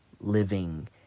living